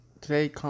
Today